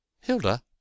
Hilda